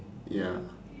ya